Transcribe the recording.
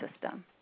system